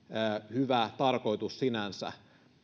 hyvä tarkoitus sinänsä